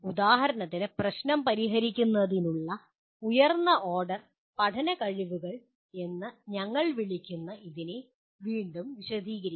ഉദാഹരണത്തിന് പ്രശ്നം പരിഹരിക്കുന്നതിനുള്ള ഉയർന്ന ഓർഡർ പഠന കഴിവുകൾ എന്ന് ഞങ്ങൾ വിളിക്കുന്ന ഇത് വീണ്ടും വിശദീകരിക്കും